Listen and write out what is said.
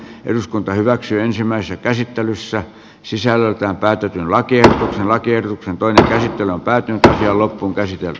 eduskunta hyväksyy ensimmäiset esittelyssä sisällä täytetyn lakia on lakiehdotuksen toinen käsittely on päättynyt päätettiin ensimmäisessä käsittelyssä